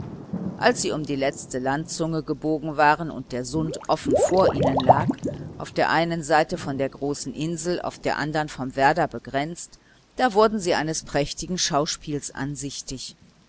als sie um die letzte landzunge gebogen waren und der sund offen vor ihnen lag auf der einen seite von der großen insel auf der andern vom werder begrenzt da wurden sie eines prächtigen schauspiels ansichtig